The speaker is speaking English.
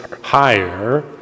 higher